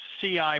CI